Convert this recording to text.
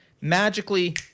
magically